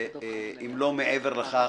אם לא מעבר לכך,